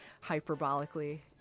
hyperbolically